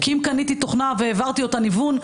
כי אם קניתי תוכנה והעברתי אותה ניוון,